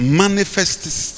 manifests